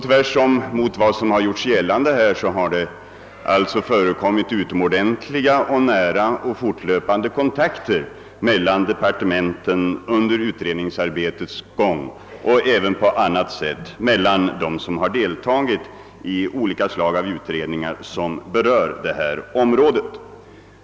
Tvärtemot vad som här gjorts gällande har det under utredningsarbetets gång förekommit utomordeniliga, nära och fortlöpande kontakter mellan departementen liksom även kontakter på annat sätt mellan dem som deltagit i olika slags utredningar som berör det här området.